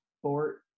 sport